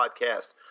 Podcast